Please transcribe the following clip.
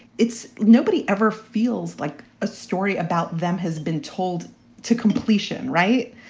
it's nobody ever feels like a story about them has been told to completion. right.